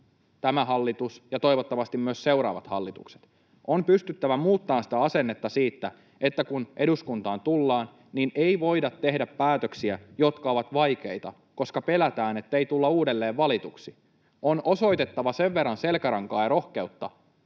Tämän hallituksen ja toivottavasti myös seuraavien hallituksien on pystyttävä muuttamaan sitä asennetta siitä, että kun eduskuntaan tullaan, niin ei voida tehdä päätöksiä, jotka ovat vaikeita, koska pelätään, että ei tulla uudelleen valituksi. On osoitettava sen verran selkärankaa ja rohkeutta